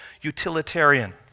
utilitarian